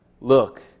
look